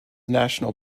national